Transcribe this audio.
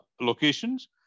locations